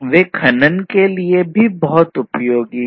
वे खनन के लिए भी बहुत उपयोगी हैं